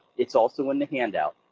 it's also in the handout.